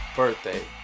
birthday